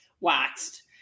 waxed